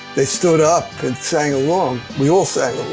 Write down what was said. they stood up and sang along. we all sang